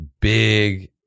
big